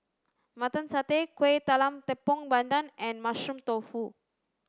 mutton satay kuih talam tepong pandan and mushroom tofu